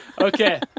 Okay